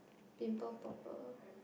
pimple popper